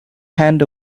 hand